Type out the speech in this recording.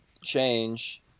change